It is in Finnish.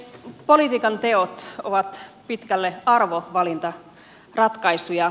politiikan teot ovat pitkälle arvovalintaratkaisuja